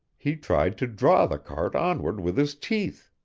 he tried to draw the cart onward with his teeth.